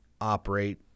operate